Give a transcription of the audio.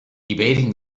evading